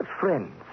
friends